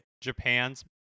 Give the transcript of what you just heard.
Japan's